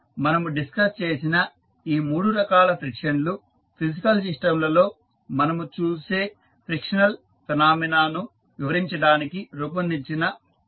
ఇప్పుడు మనము డిస్కస్ చేసిన ఈ మూడు రకాల ఫ్రిక్షన్ లు ఫిజికల్ సిస్టంలలో మనము చూసే ఫ్రిక్షనల్ ఫినామినా ను వివరించడానికి రూపొందించిన ప్రాక్టికల్ మోడల్ లు